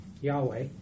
Yahweh